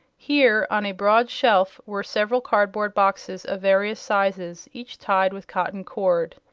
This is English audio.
here, on a broad shelf, were several card-board boxes of various sizes, each tied with cotton cord.